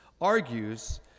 argues